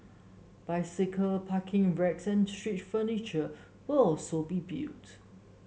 bicycle parking racks and street furniture will also be built